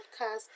podcast